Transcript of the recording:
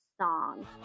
song